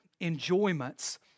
enjoyments